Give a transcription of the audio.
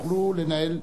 תוכלו לנהל,